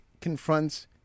confronts